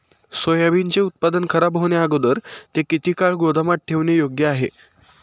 सोयाबीनचे उत्पादन खराब होण्याअगोदर ते किती वेळ गोदामात ठेवणे योग्य आहे?